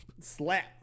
slap